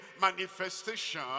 manifestation